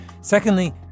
Secondly